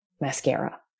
mascara